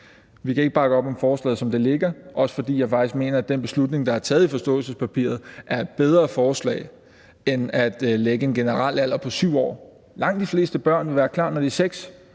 Vi kan ikke bakke op om forslaget, som det ligger her, også fordi jeg faktisk mener, at den beslutning, der er taget i forståelsespapiret, er et bedre forslag end at lægge en generel alder på 7 år. Langt de fleste børn vil være klar, når de er 6 år.